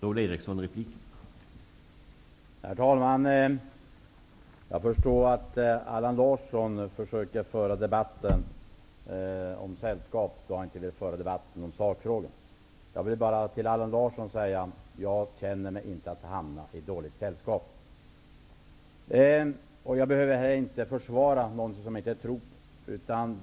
Herr talman! Jag förstår att Allan Larsson försöker föra debatten om sällskapet, då han inte vill föra debatten om sakfrågorna. Jag vill till Allan Larsson säga att jag inte känner att jag har hamnat i dåligt sällskap. Jag behöver inte heller försvara något som jag inte tror på.